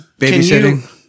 babysitting